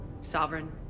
Sovereign